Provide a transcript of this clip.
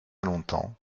longtemps